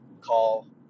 call